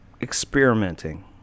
experimenting